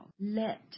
let